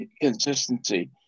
consistency